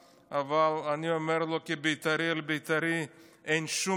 אבל אני אומר לו כבית"רי אל בית"רי שאין שום סיכוי